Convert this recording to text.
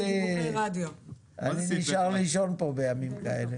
אני נשאר לישון פה בימים כאלו.